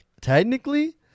Technically